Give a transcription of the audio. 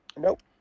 Nope